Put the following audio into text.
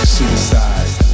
suicide